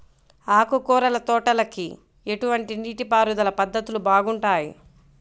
ఆకుకూరల తోటలకి ఎటువంటి నీటిపారుదల పద్ధతులు బాగుంటాయ్?